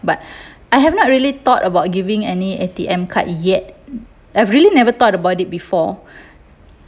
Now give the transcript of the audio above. but I have not really thought about giving any A_T_M card yet I've really never thought about it before